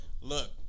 look